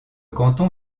canton